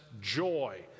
joy